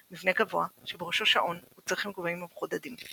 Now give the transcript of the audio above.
מבנה גבוה שבראשו שעון וצריחים גבוהים ומחודדים.